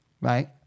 right